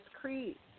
Crete